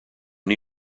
new